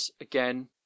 again